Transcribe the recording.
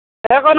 একো ন